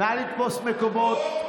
נא לתפוס מקומות.